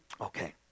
Okay